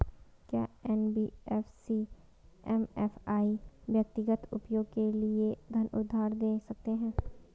क्या NBFC MFI व्यक्तिगत उपयोग के लिए धन उधार दें सकते हैं?